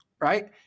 Right